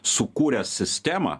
sukūręs sistemą